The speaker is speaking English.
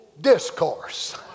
discourse